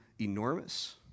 enormous